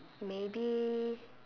maybe